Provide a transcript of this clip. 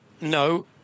No